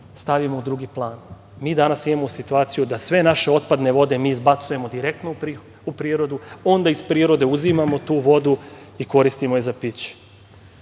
stavimo u drugi plan. Mi danas imamo situaciju da sve naše otpadne vode izbacujemo direktno u prirodu, onda iz prirode uzimamo tu vodu i koristimo je za piće.